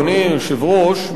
אדוני היושב-ראש,